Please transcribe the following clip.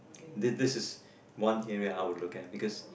this this is this is one area I would look at because